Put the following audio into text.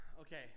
Okay